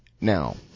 Now